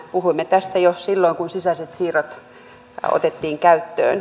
puhuimme tästä jo silloin kun sisäiset siirrot otettiin käyttöön